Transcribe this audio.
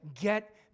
Get